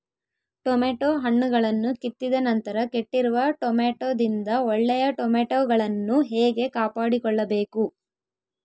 Tomato ಹಣ್ಣುಗಳನ್ನು ಕಿತ್ತಿದ ನಂತರ ಕೆಟ್ಟಿರುವ ಟೊಮೆಟೊದಿಂದ ಒಳ್ಳೆಯ ಟೊಮೆಟೊಗಳನ್ನು ಹೇಗೆ ಕಾಪಾಡಿಕೊಳ್ಳಬೇಕು?